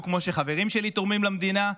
בדיוק כמו שחברים שלי תורמים למדינה,